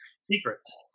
secrets